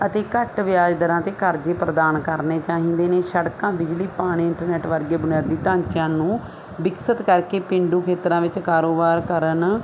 ਅਤੇ ਘੱਟ ਵਿਆਜ ਦਰਾਂ 'ਤੇ ਕਰਜ਼ੇ ਪ੍ਰਦਾਨ ਕਰਨੇ ਚਾਹੀਦੇ ਨੇ ਸੜਕਾਂ ਬਿਜਲੀ ਪਾਣੀ ਇੰਟਰਨੈਟ ਵਰਗੇ ਬੁਨਿਆਦੀ ਢਾਂਚਿਆਂ ਨੂੰ ਵਿਕਸਿਤ ਕਰਕੇ ਪੇਂਡੂ ਖੇਤਰਾਂ ਵਿੱਚ ਕਾਰੋਬਾਰ ਕਰਨ